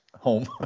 home